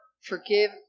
forgive